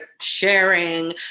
sharing